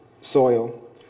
soil